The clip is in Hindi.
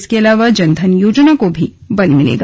इसके अलावा जन धन योजना को भी बल मिलेगा